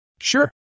Sure